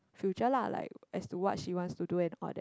future lah like as to what she wants to do and all that